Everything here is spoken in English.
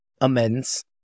amends